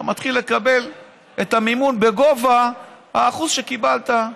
אתה מתחיל לקבל את המימון בשיעור האחוז שקיבלת.